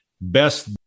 best